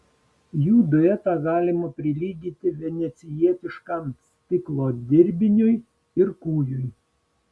jų duetą galima prilyginti venecijietiškam stiklo dirbiniui ir kūjui